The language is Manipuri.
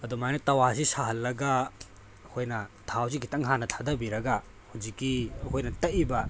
ꯑꯗꯨꯃꯥꯏꯅ ꯇꯋꯥꯁꯤ ꯁꯥꯍꯜꯂꯒ ꯑꯩꯈꯣꯏꯅ ꯊꯥꯎꯁꯤ ꯈꯤꯇꯪ ꯍꯥꯟꯅ ꯊꯥꯗꯕꯤꯔꯒ ꯍꯧꯖꯤꯛꯀꯤ ꯑꯩꯈꯣꯏꯅ ꯇꯛꯏꯕ